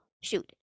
shoot